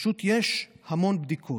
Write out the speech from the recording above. פשוט יש המון בדיקות.